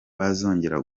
bazongera